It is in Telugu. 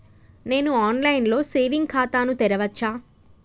నేను ఆన్ లైన్ లో సేవింగ్ ఖాతా ను తెరవచ్చా?